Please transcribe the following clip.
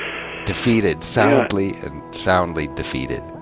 defeated. soundly soundly defeated.